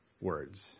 words